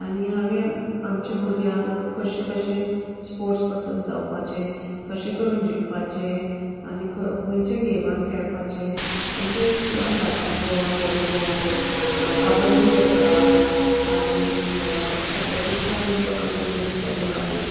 आनी हांवें आमच्या भुरग्यांक कशे भाशेन स्पोर्ट्स पर्सन जावपाचे कशें करून जिखपाचे आनी ख खुंयच्या गेमांत खेळपाचे आमच्या इस्किलान बास्केटबॉल वॉलीबॉल कबड्डी आसा आनी एथलेटिक्सान म्हण तूं आमचे भुरगीं सारकी माहिर